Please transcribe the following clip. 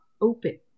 open